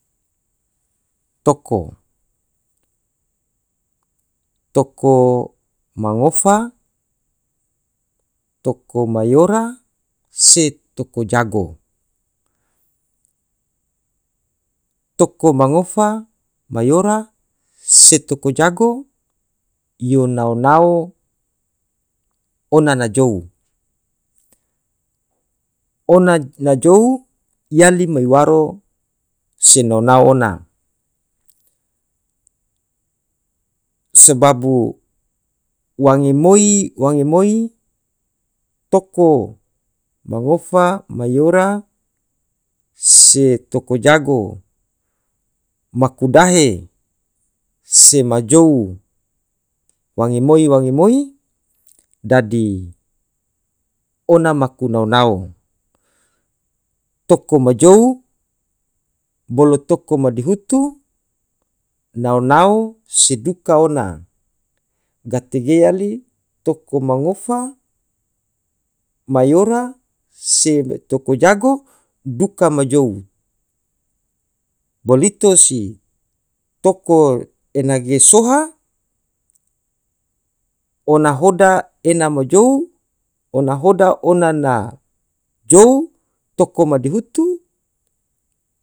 toko, toko mangofa. toko mayora se toko jago, toko mangofa mayora se toko jago yo nao nao ona na jou. ona na- na jou yali mai waro se nao nao ona sebabu wange moi wange moi toko mangofa mayora se toko jago maku dahe sema jou wange moi wange moi dadi ona maku nao nao toko ma jou bolo toko madihutu nao nao se duka ona gate ge yali toko mangofa. mayora se toko jago duka ma jou bolito si toko ena ge soha ona hoda ena ma jou- ona hona ona na jou toko madihutu.